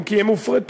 אם כי הן הופרטו,